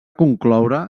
concloure